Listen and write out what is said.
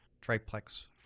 triplex